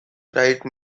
right